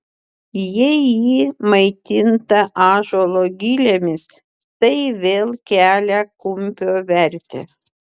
jei ji maitinta ąžuolo gilėmis tai vėl kelia kumpio vertę